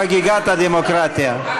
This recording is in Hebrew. ממש חגיגת הדמוקרטיה.